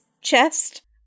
chest